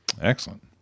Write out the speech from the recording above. Excellent